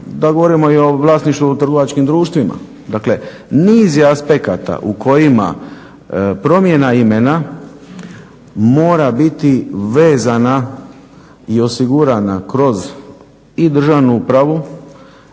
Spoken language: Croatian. da govorimo i o vlasništvu u trgovačkim društvima. Dakle niz je aspekata u kojima promjena imena mora biti vezana i osigurana kroz i državnu upravu,